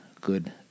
good